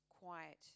quiet